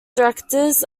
directors